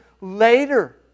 later